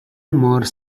more